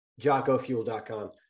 JockoFuel.com